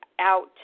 out